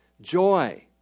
joy